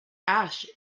ash